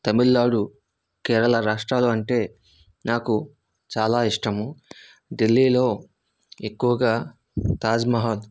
తమిళనాడు కేరళ రాష్ట్రాలు అంటే నాకు చాలా ఇష్టము ఢిల్లీలో ఎక్కువగా తాజ్మహల్